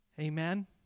amen